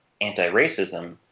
anti-racism